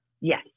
Yes